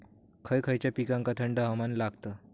खय खयच्या पिकांका थंड हवामान लागतं?